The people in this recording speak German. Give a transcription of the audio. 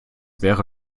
wäre